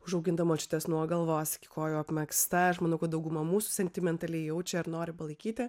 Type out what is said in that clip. užauginta močiutės nuo galvos iki kojų apmegzta aš manau kad dauguma mūsų sentimentaliai jaučia ar nori palaikyti